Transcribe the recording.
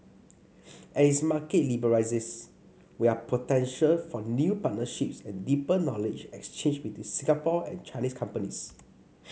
as its market liberalises we are potential for new partnerships and deeper knowledge exchange between Singapore and Chinese companies